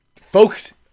Folks